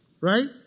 right